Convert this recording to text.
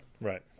right